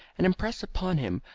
and impress upon him,